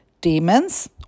demons